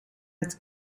het